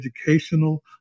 educational